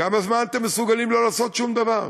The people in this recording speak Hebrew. כמה זמן אתם מסוגלים לא לעשות שום דבר?